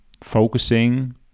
focusing